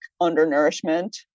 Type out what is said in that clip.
undernourishment